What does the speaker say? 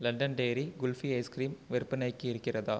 London dairy kulfi ice cream விற்பனைக்கு இருக்கிறதா